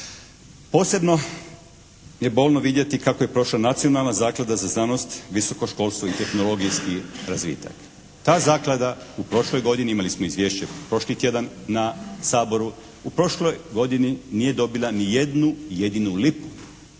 Posebno je bolno vidjeti kako je prošla Nacionalna zaklada za znanost, visoko školstvo i tehnologijski razvitak. Ta zaklada u prošloj godini imali smo izvješće prošli tjedan na Saboru. U prošloj godini nije dobila ni jednu jedinu lipu.